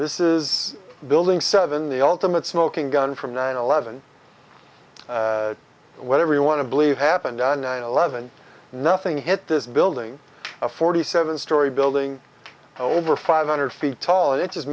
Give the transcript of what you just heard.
this is building seven the ultimate smoking gun from nine eleven whatever you want to believe happened on nine eleven nothing hit this building a forty seven story building over five hundred feet tall and it